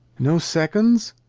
no seconds?